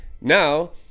Now